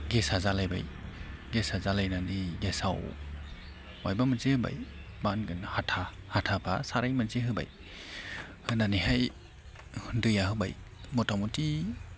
गेसआ जालायबाय गेसआ जालायनानै गेसाव मायबा मोनसे होबाय मा होनगोन हाथा हाथा बा साराय मोनसे होबाय होनानैहाय दैआ होबाय मथामथि